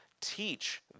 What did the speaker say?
teach